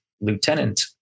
Lieutenant